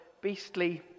beastly